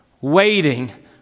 waiting